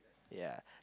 yeah